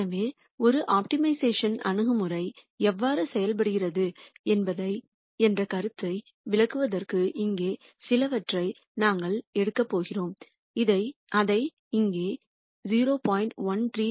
எனவே ஒரு ஆப்டிமைசேஷன் அணுகுமுறை எவ்வாறு செயல்படுகிறது என்ற கருத்தை விளக்குவதற்கு இங்கே சிலவற்றை நாங்கள் எடுக்கப் போகிறோம் அதை நாங்கள் இங்கே 0